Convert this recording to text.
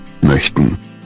möchten